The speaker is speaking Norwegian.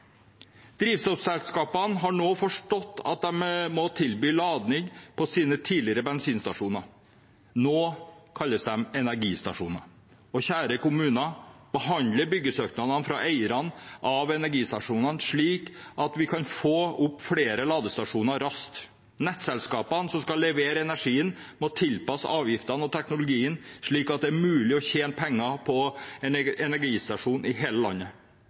Drivstoffselskapene har nå forstått at de må tilby lading på sine tidligere bensinstasjoner. Nå kalles de energistasjoner. Og kjære kommuner: Behandle byggesøknadene fra eierne av energistasjonene slik at vi kan få opp flere ladestasjoner raskt. Nettselskapene, som skal levere energien, må tilpasse avgiftene og teknologien slik at det er mulig å tjene penger på en energistasjon i hele landet.